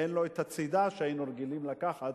אין לו הצידה שהיינו רגילים לקחת